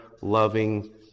loving